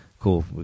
cool